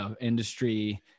industry